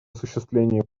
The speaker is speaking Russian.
осуществление